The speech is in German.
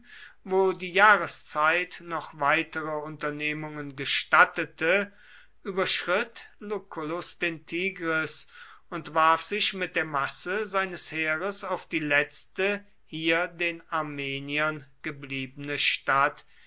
wo die jahreszeit noch weitere unternehmungen gestattete überschritt lucullus den tigris und warf sich mit der masse seines heeres auf die letzte hier den armeniern gebliebene stadt